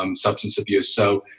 um substance abuse so,